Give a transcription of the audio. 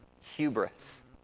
hubris